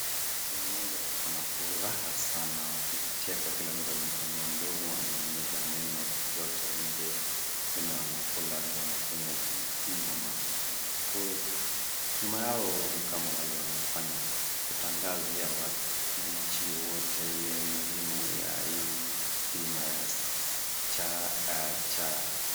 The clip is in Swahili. Familia moja wako na furaha sana wakicheka. Kila mtu amepanua mdomo ameonyesha meno yote nje. Wengine wanakula, wengine wanakunywa juice . Mama ako nyuma huko. Nyuma yao ni kama wale wanafanya kutangazia wananchi wote ile umuhimu ya hii bima ya CIC.